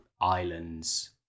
islands